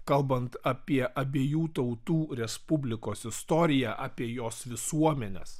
kalbant apie abiejų tautų respublikos istoriją apie jos visuomenes